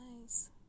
nice